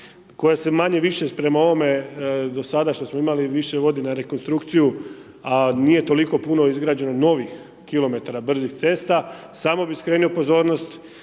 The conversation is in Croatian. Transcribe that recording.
koja se manje-više prema ovome, do sada što smo imali više godina rekonstrukciju a nije toliko puno izgrađeno novih kilometara brzih cesta, samo bi skrenuo pozornost